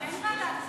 אין ועדת כספים.